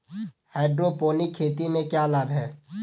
Hydroponic खेती से क्या लाभ हैं?